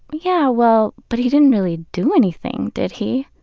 yeah, well, but he didn't really do anything, did he?